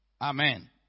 Amen